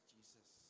Jesus